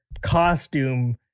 costume